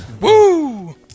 Woo